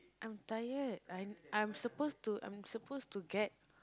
I'm tired I'm I'm supposed I'm supposed to get